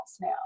now